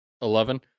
Eleven